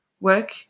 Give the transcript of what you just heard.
work